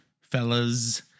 fellas